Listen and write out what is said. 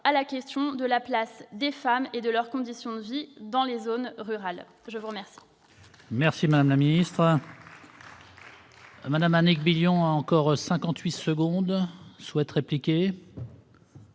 à la question de la place des femmes et de leurs conditions de vie dans les zones rurales. La parole